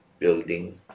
Building